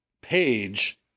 page